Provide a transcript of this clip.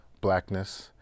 blackness